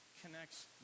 connects